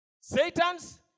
Satan's